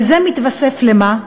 וזה מתווסף למה?